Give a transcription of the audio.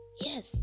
Yes